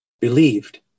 believed